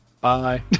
Bye